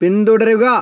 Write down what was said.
പിന്തുടരുക